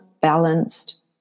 balanced